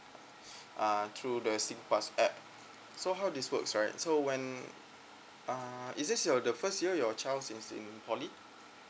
uh through the singpass app so how this works right so when uh is this your the first year you child is in poly